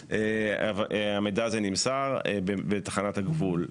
המידע הזה נמסר בתחנת הגבול.